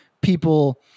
people